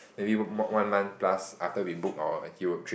maybe on~ one month plus after we book our Europe trip